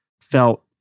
felt